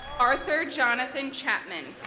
arthur johnathan chapman